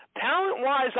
Talent-wise